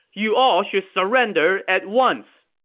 you all should surrender at once!